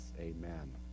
amen